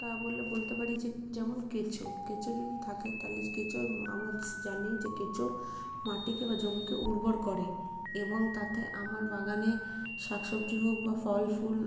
তা বললে বলতে পারি যে যেমন কেঁচো কেঁচো যদি থাকে তাহলে কেঁচো আমরা জানি যে কেঁচো মাটিকে বা জমিকে উর্বর করে এবং তাতে আমার বাগানে শাক সবজি হোক বা ফল ফুল